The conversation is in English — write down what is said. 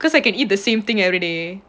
cause I can eat the same thing everyday